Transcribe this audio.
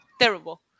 terrible